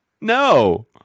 no